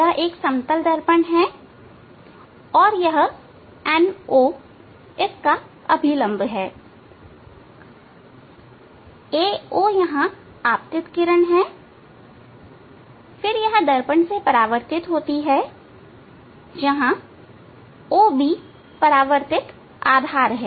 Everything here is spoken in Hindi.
यह एक समतल दर्पण है और यह NO इसका अभिलम्ब है AO आपतित किरण हैं फिर यह दर्पण से परावर्तित होती हैं जहां OB परावर्तित आधार है